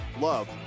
love